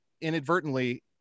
inadvertently